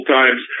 times